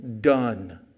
done